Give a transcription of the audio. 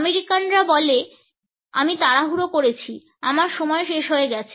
আমেরিকানরা বলে আমি তাড়াহুড়ো করেছি আমার সময় শেষ হয়ে গেছে